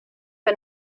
and